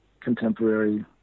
contemporary